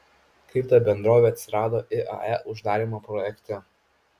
kaip ta bendrovė atsirado iae uždarymo projekte